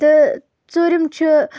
تہٕ ژوٗرِم چھُ